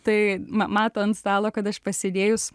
tai na mato ant stalo kad aš pasidėjus